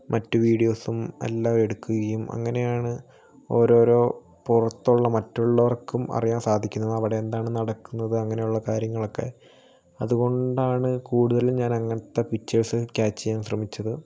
മറ്റ് വീഡിയോസും എല്ലാം എടുക്കുകയും അങ്ങനെയാണ് ഓരോരോ പുറത്തുള്ള മറ്റുള്ളോർക്കും അറിയാൻ സാധിക്കുന്നത് അവിടെ എന്താണ് നടക്കുന്നത് അങ്ങനെയുള്ള കാര്യങ്ങളൊക്കെ അതുകൊണ്ടാണ് കൂടുതലും ഞാൻ അങ്ങനത്തെ പിക്ച്ചേഴ്സ് ക്യാച്ച് ചെയ്യാൻ ശ്രമിച്ചത്